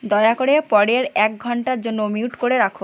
দয়া করে পরের এক ঘণ্টার জন্য মিউট করে রাখো